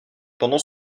pendant